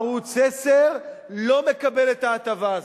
ערוץ-10 לא מקבל את ההטבה הזאת.